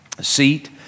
seat